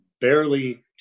barely